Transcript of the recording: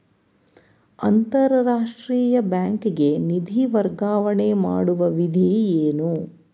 ಅಂತಾರಾಷ್ಟ್ರೀಯ ಬ್ಯಾಂಕಿಗೆ ನಿಧಿ ವರ್ಗಾವಣೆ ಮಾಡುವ ವಿಧಿ ಏನು?